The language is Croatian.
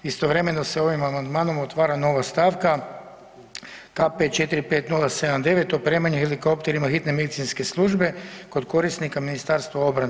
Istovremeno se ovim amandmanom otvara nova stavka kp-45079 opremanje helikopterima Hitne medicinske službe kod korisnika Ministarstvo obrane.